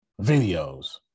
videos